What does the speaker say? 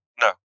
No